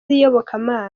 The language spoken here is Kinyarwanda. iyobokamana